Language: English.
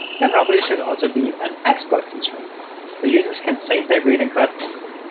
there probably should also be an export feature so users can save their greeting cards locally.